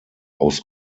aus